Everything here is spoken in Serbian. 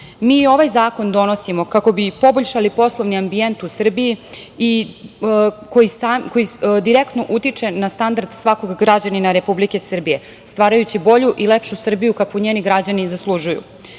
ovaj zakon donosimo, kako bi poboljšali poslovni ambijent u Srbiji, i koji direktno utiče na standard svakog građanina Republike Srbije, stvarajući bolju i lepšu Srbiju, kakvu njeni građani zaslužuju. Bivši